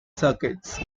circuits